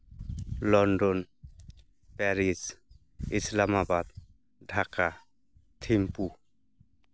London Paris Islamabad Dhaka Thimphu